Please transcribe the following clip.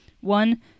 One